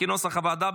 כנוסח הוועדה,